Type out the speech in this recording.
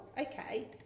okay